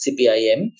CPIM